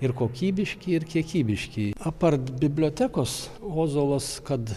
ir kokybiški ir kiekybiški apart bibliotekos ozolas kad